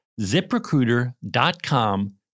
ZipRecruiter.com